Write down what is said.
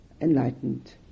enlightened